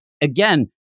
again